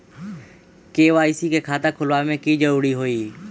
KYC के खाता खुलवा में की जरूरी होई?